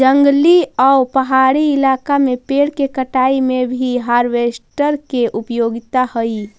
जंगली आउ पहाड़ी इलाका में पेड़ के कटाई में भी हार्वेस्टर के उपयोगिता हई